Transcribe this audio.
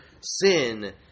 sin